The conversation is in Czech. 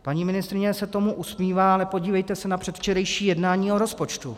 Paní ministryně se tomu usmívá, ale podívejte se na předvčerejší jednání o rozpočtu.